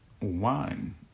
wine